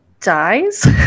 dies